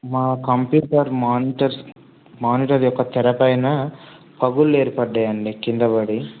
మా computer monitor monitor యొక్క తెర పైన పగుళ్ళు ఏర్పడ్డాయండి కింద బడి